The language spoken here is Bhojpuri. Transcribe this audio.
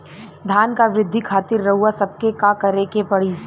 धान क वृद्धि खातिर रउआ सबके का करे के पड़ी?